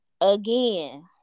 again